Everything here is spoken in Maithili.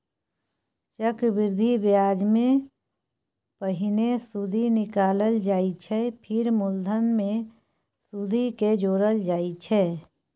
चक्रबृद्धि ब्याजमे पहिने सुदि निकालल जाइ छै फेर मुलधन मे सुदि केँ जोरल जाइ छै